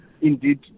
indeed